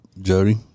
Jody